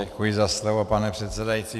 Děkuji za slovo, pane předsedající.